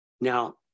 Now